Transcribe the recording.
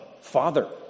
Father